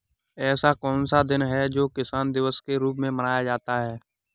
ऐसा कौन सा दिन है जो किसान दिवस के रूप में मनाया जाता है?